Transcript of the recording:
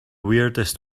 weirdest